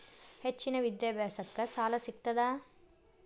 ಹೆಚ್ಚಿನ ವಿದ್ಯಾಭ್ಯಾಸಕ್ಕ ಸಾಲಾ ಸಿಗ್ತದಾ?